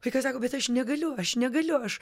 vaikas sako bet aš negaliu aš negaliu aš